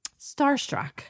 starstruck